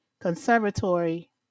conservatory